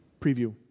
preview